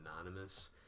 anonymous